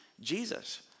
Jesus